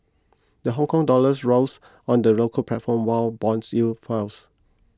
the Hongkong dollars rose on the local platform while bond yields fells